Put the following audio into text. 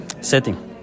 setting